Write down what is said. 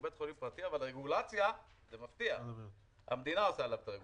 שהוא בית חולים פרטי אבל את הרגולציה המדינה עושה עליו.